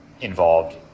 involved